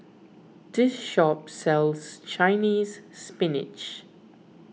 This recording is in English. this shop sells Chinese Spinach